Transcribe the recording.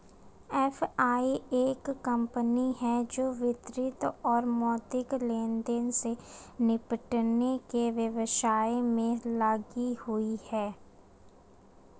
FI एक company है जो वित्तीय और मौद्रिक लेनदेन से निपटने के व्यवसाय में लगी हुई है